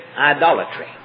idolatry